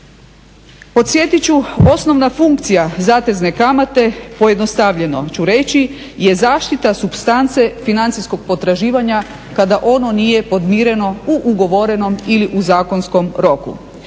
Podsjetit ću, osnovna funkcija zatezne kamate, pojednostavljeno ću reći, je zaštita supstance financijskog potraživanja kada ono nije podmireno u ugovorenom ili u zakonskom roku.